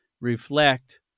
reflect